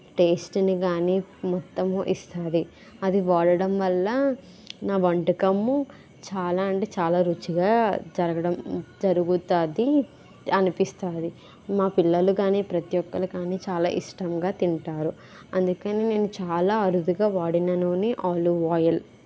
టేస్ట్ని కానీ మొత్తము ఇస్తుంది అది వాడడం వల్ల నా వంటకం చాలా అంటే చాలా రుచిగా జరగడం జరుగుతుంది అనిపిస్తుంది మా పిల్లలు కానీ ప్రతి ఒక్ళ్ళురు కానీ చాలా ఇష్టంగా తింటారు అందుకని నేను చాలా అరుదుగా వాడిన నూనె ఆలివ్ ఆయిల్